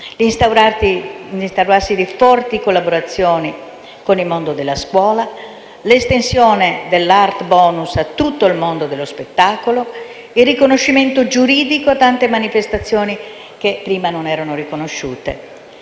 l'instaurarsi di forti collaborazioni con il mondo della scuola, l'estensione dell'*art bonus* a tutto il mondo dello spettacolo, il riconoscimento giuridico a tante manifestazioni che prima non erano riconosciute.